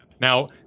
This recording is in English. Now